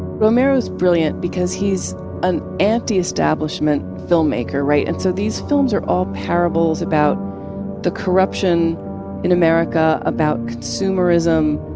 romero's brilliant because he's an anti-establishment filmmaker. right? and so these films are all parables about the corruption in america, about consumerism,